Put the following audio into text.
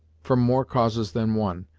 from more causes than one,